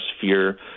Fear